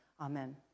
Amen